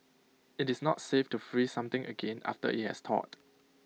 IT is not safe to freeze something again after IT has thawed